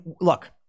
Look